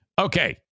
Okay